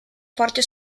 forte